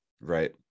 Right